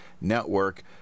Network